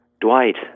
Dwight